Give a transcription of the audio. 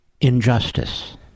injustice